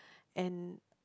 and